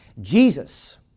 Jesus